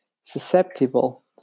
susceptible